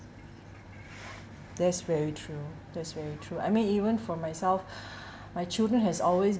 that's very true that's very true I mean even for myself my children has always